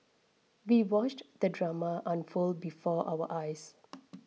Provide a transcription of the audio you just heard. we watched the drama unfold before our eyes